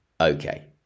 Okay